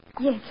Yes